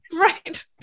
right